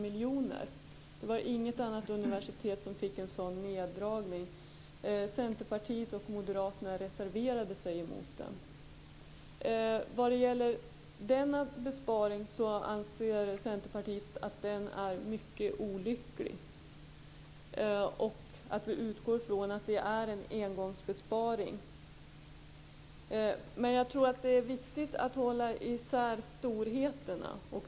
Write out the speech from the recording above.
Det var inget annat universitet som fick en sådan neddragning. Centerpartiet anser att den här besparingen är mycket olycklig. Vi utgår från att det är en engångsbesparing. Men jag tror att det är viktigt att hålla isär storheterna.